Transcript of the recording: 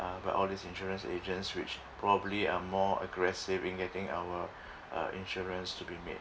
uh by all these insurance agents which probably are more aggressive in getting our uh insurance to be made